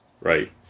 Right